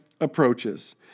approaches